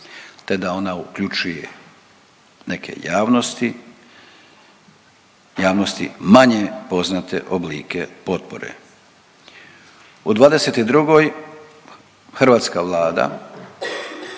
te da ona uključuje neke javnosti, javnosti manje poznate oblike potpore. U '22. hrvatska Vlada